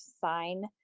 sign